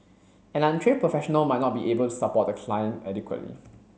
an untrained professional might not be able to support the client adequately